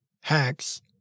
hacks